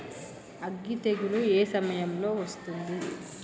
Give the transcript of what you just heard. అగ్గి తెగులు ఏ సమయం లో వస్తుంది?